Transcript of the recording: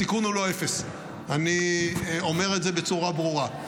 הסיכון הוא לא אפס, אני אומר את זה בצורה ברורה.